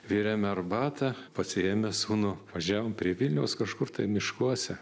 virėme arbatą pasiėmę sūnų važiavom prie vilniaus kažkur miškuose